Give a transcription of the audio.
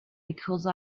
because